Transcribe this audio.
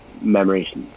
memories